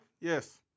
Yes